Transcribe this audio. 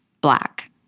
black